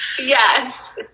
Yes